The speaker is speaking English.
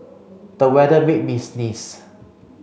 the weather made me sneeze